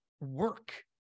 work